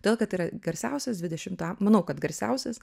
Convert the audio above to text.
todėl kad yra garsiausias dvidešimto am manau kad garsiausias